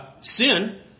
sin